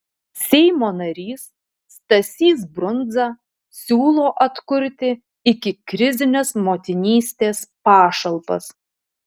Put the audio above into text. seimo narys stasys brundza siūlo atkurti ikikrizines motinystės pašalpas